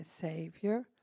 Savior